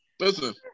Listen